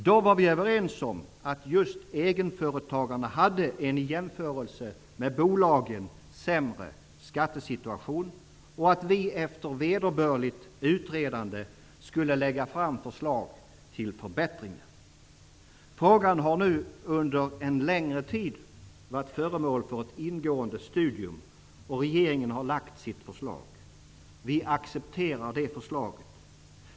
Då var vi överens om att just egenföretagarna hade en i jämförelse med bolagen sämre skattesituation och att vi efter vederbörligt utredande skulle lägga fram förslag till förbättringar. Frågan har nu under en längre tid varit föremål för ett ingående studium och regeringen har lagt sitt förslag. Vi accepterar det förslaget.